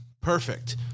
Perfect